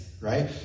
Right